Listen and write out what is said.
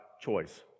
choice